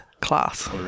class